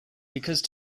because